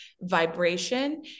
vibration